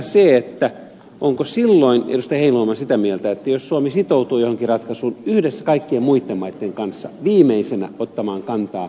tietysti mielenkiintoista olisi tietää se että jos suomi sitoutuu johonkin ratkaisuun yhdessä kaikkien muitten maitten kanssa viimeisenä ottamaan kantaa esimerkiksi takausvastuiden kasvattamiseen onko silloin ed